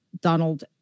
Donald